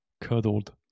cuddled